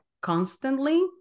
constantly